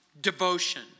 Devotion